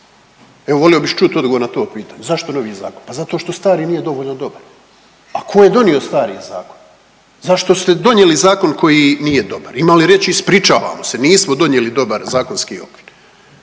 Evo volio bi čut odgovor na to pitanje, zašto novi zakon? Pa zato što stari nije dovoljno dobar. A ko je donio stari zakon? Zašto ste donijeli zakon koji nije dobar? Ima li reći ispričavamo se, nismo donijeli dobar zakonski okvir